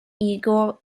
igor